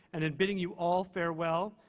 and in bidding you all farewell,